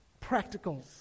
practicals